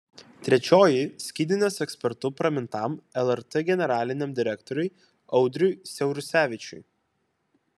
trečioji skydinės ekspertu pramintam lrt generaliniam direktoriui audriui siaurusevičiui